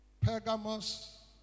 Pergamos